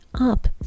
up